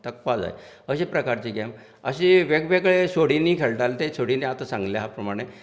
तेकपाक जाय अशे प्रकारची गेम अशी वेगवेगळे सोडिनी खेळटाले ते सोडिनी आतां सांगल्या प्रमाणें